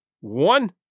One